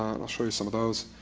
i'll show you some of those.